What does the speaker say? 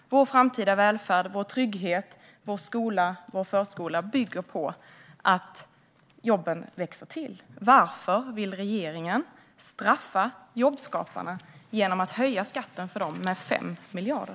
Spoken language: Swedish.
Vår framtida välfärd, vår trygghet, vår skola och vår förskola bygger på att jobben växer till. Varför vill regeringen straffa jobbskaparna genom att höja skatten för dem med 5 miljarder?